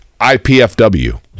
IPFW